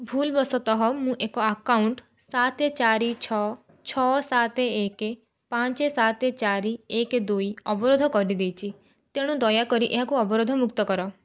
ଭୁଲବଶତଃ ମୁଁ ଏକ ଆକାଉଣ୍ଟ ସାତ ଚାରି ଛଅ ଛଅ ସାତ ଏକ ପାଞ୍ଚ ସାତ ଚାରି ଏକ ଦୁଇ ଅବରୋଧ କରିଦେଇଛି ତେଣୁ ଦୟାକରି ଏହାକୁ ଅବରୋଧମୁକ୍ତ କର